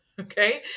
Okay